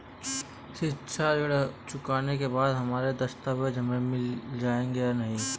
शिक्षा ऋण चुकाने के बाद हमारे दस्तावेज हमें मिल जाएंगे या नहीं?